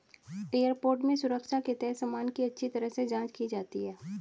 airport में सुरक्षा के तहत सामान की अच्छी तरह से जांच की जाती है